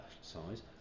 size